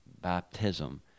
baptism